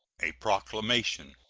a proclamation.